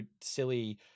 silly